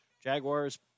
Jaguars